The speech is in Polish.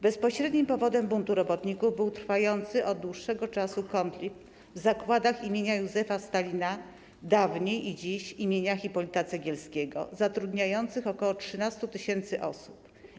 Bezpośrednim powodem buntu robotników był trwający od dłuższego czasu konflikt w Zakładach im. Józefa Stalina (dawniej i dziś im. Hipolita Cegielskiego), zatrudniających ok. 13 tys. osób.